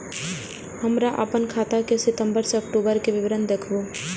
हमरा अपन खाता के सितम्बर से अक्टूबर के विवरण देखबु?